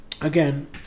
again